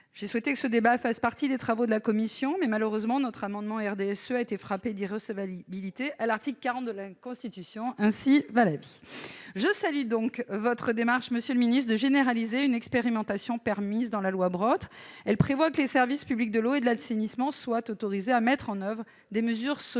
J'ai souhaité que ce débat fasse partie des travaux de la commission, mais malheureusement l'amendement du RDSE a été frappé d'irrecevabilité au titre de l'article 40 de la Constitution. Je salue donc votre démarche, monsieur le ministre, de généraliser une expérimentation permise dans la loi Brottes. Elle prévoit que les services publics de l'eau et de l'assainissement soient autorisés à mettre en oeuvre des mesures sociales